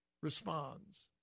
responds